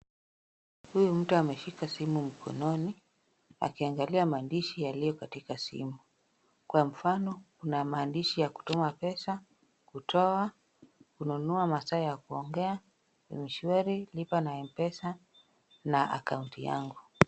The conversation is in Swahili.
Huyu mtu ameshika simu mkononi akiangalia maandishi yaliyo katika simu, kwa mfano kuna maandishi ya kutuma pesa, kutoa, kununua masaa ya kuongea, mshwari, lipa na Mpesa na akaunti yangu.